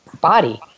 Body